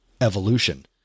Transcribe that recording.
evolution